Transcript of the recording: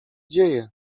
dzieje